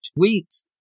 tweets